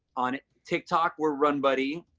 on tiktok we're run buddy.